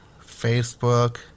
Facebook